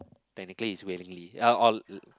technically is willingly ya or l~